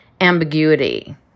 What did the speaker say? ambiguity